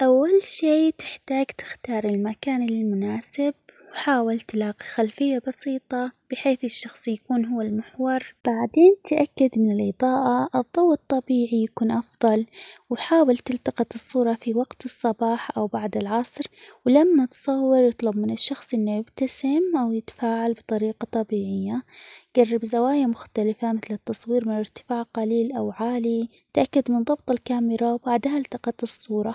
أول شيء تحتاج تختار المكان المناسب ، وحاول تلاقى خلفية بسيطة بحيث الشخص يكون هو المحور ، بعدين تأكد إن الإضاءة، الضوء الطبيعي يكون أفضل ، وحاول تلتقط الصورة فى وقت الصباح ،أو بعد العصر، ولما تصور اطلب من الشخص إنه يبتسم، أو يتفاعل بطريقة طبيعية ، جرب زوايا مختلفة مثل التصوير من إرتفاع قليل، أو عالى ،تأكد من ضبط الكاميرا وبعدها التقط الصورة.